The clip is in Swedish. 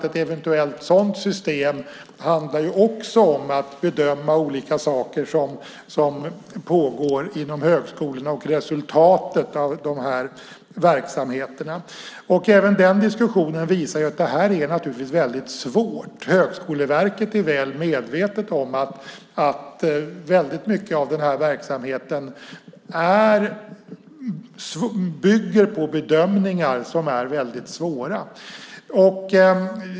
Ett eventuellt sådant system handlar också om att bedöma olika saker som pågår inom högskolorna och resultatet av dessa verksamheter. Även den diskussionen visar att detta är svårt. Högskoleverket är väl medvetet om att mycket av verksamheten bygger på bedömningar som är svåra.